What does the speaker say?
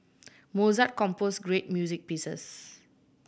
Mozart composed great music pieces